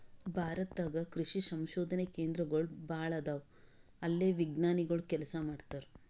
ಭಾರತ ದಾಗ್ ಕೃಷಿ ಸಂಶೋಧನೆ ಕೇಂದ್ರಗೋಳ್ ಭಾಳ್ ಅದಾವ ಅಲ್ಲೇ ವಿಜ್ಞಾನಿಗೊಳ್ ಕೆಲಸ ಮಾಡ್ತಾರ್